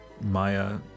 Maya